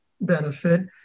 benefit